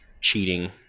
Cheating